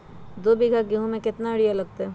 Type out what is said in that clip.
दो बीघा गेंहू में केतना यूरिया लगतै?